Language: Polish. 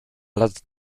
lat